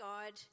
God